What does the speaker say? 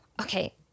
okay